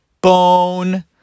Bone